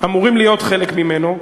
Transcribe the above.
אמורים להיות חלק ממנו,